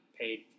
paid